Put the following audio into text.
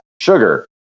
sugar